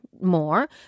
more